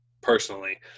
personally